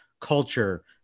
culture